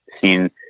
seen